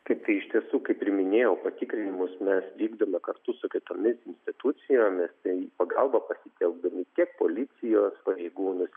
taip tai iš tiesų kaip ir minėjau patikrinimus mes vykdome kartu su kitomis institucijomis į pagalbą pasitelkdami tiek policijos pareigūnus